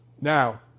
Now